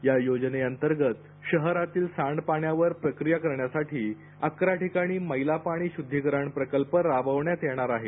या योजनेअंतर्गत शहरातील सांडपाण्यावर प्रक्रिया करण्यासाठी अकरा ठिकाणी मैलापाणी शुद्धीकरण प्रकल्प उभारण्यात येणार आहेत